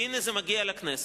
והנה זה מגיע לכנסת,